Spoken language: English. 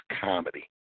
comedy